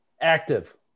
Active